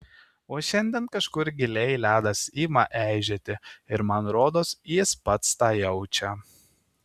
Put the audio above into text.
o šiandien kažkur giliai ledas ima eižėti ir man rodos jis pats tą jaučia